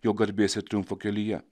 jo garbės ir triumfo kelyje